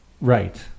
right